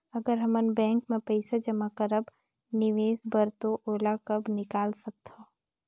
अगर हमन बैंक म पइसा जमा करब निवेश बर तो ओला कब निकाल सकत हो?